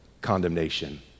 condemnation